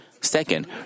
Second